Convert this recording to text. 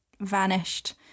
vanished